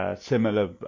similar